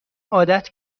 عادت